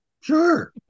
Sure